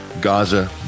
Gaza